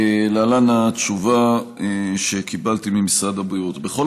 להלן התשובה שקיבלתי ממשרד הבריאות: בכל